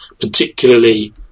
particularly